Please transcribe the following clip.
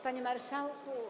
Panie Marszałku!